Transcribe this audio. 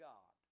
God